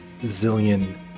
zillion